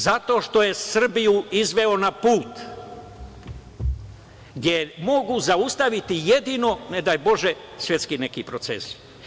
Zato što je Srbiju izveo na put gde je mogu zaustaviti jedino, ne daj Bože, svetski neki procesi.